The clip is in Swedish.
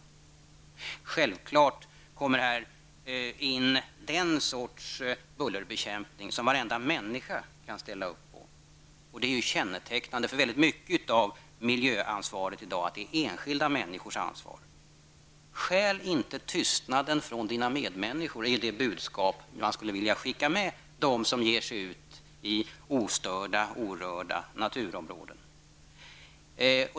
Här inryms självklart också den sortens bullerbekämpning som varje människa kan ställa upp på. Det är kännetecknande för väldigt mycket av miljöansvaret i dag att det ligger hos enskilda människor. Stjäl inte tystnaden från dina medmänniskor, är det budskap som jag skulle vilja skicka med dem som ger sig ut i ostörda, orörda naturområden.